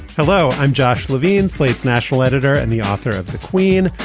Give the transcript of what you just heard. hello, i'm josh levine, slate's national editor and the author of the queen.